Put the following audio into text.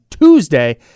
Tuesday